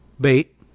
bait